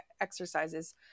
exercises